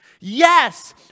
Yes